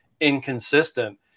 inconsistent